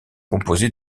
composé